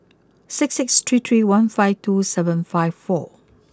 six six three three one five two seven five four